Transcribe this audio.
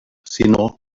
sinó